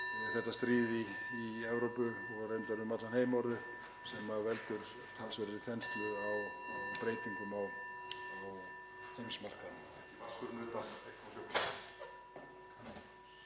síðan stríð í Evrópu og reyndar um allan heim sem veldur talsverðri þenslu og breytingum á heimsmarkaði.